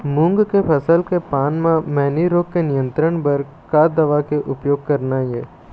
मूंग के फसल के पान म मैनी रोग के नियंत्रण बर का दवा के उपयोग करना ये?